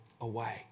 away